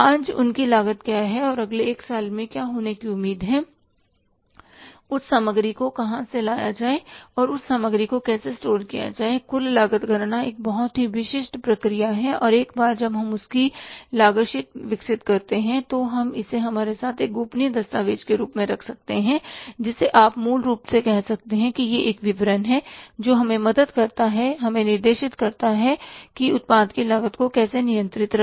आज उनकी लागत क्या है और अगले एक साल में क्या होने की उम्मीद है उस सामग्री को कहां से लाया जाए और उस सामग्री को कैसे स्टोर किया जाए कुल लागत गणना एक बहुत ही विशिष्ट प्रक्रिया है और एक बार जब हम उनकी लागत शीट विकसित करते हैं तो हम इसे हमारे साथ एक गोपनीय दस्तावेज़ के रूप में रखते है जिसे आप मूल रूप से कह सकते हैं यह एक विवरण है जो हमें मदद करता है हमें निर्देशित करता है कि उत्पाद की लागत को कैसे नियंत्रित रखें